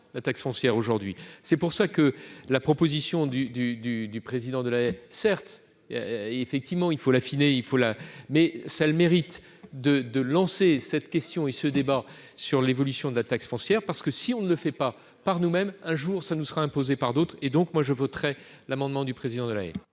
la taxe foncière, aujourd'hui c'est pour ça que la proposition du du, du, du président de la certes, effectivement il faut l'affiner, il faut là mais ça le mérite de de lancer cette question il ce débat sur l'évolution de la taxe foncière, parce que si on ne le fait pas par nous même, un jour, ça ne sera imposée par d'autres et donc moi je voterai l'amendement du président de l'année.